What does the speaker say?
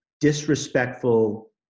disrespectful